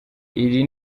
iri